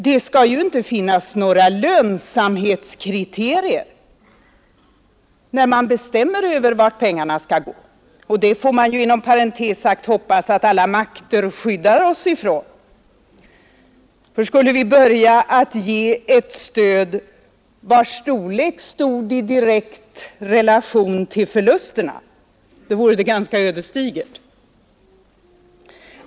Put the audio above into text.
Det skall ju inte finnas några lönsamhetskriterier, när man bestämmer över vart pengarna skall gå, och det får jag inom parentes sagt hoppas att alla makter skyddar oss ifrån, ty skulle vi börja ge ett stöd vars storlek stod i direkt relation till förlusterna vore det ganska ödesdigert.